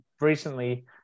recently